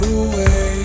away